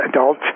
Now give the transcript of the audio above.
adult